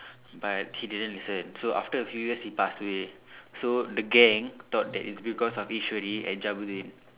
but he didn't listen so after a few years he passed away so the gang thought that it's because of Eswari and Jabudeen